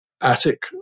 attic